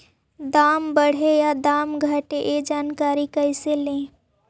दाम बढ़े या दाम घटे ए जानकारी कैसे ले?